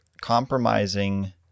compromising